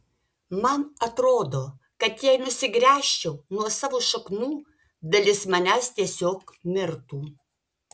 man atrodo kad jei nusigręžčiau nuo savo šaknų dalis manęs tiesiog mirtų